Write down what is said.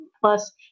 plus